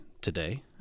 today